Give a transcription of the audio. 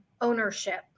ownership